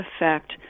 effect